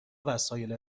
وسایل